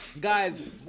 Guys